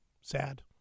sad